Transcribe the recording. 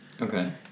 Okay